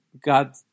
God